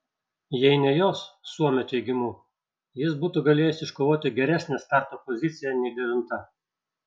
jei ne jos suomio teigimu jis būtų galėjęs iškovoti geresnę starto poziciją nei devinta